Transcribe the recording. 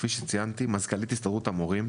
כפי שציינתי מזכ"לית הסתדרות המורים